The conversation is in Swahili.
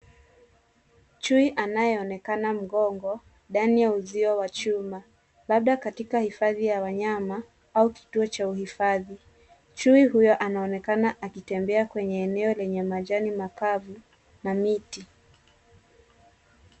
Chui anayeonekana mgongo, ndani ya uzio wa chuma. Labda katika hifadhi ya wanyama au kituo cha uhifadhi. Chui huyo anaonekana akitembea kwenye eneo lenye majani makavu na miti.